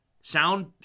sound